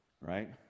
right